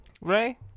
Ray